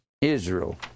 Israel